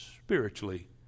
spiritually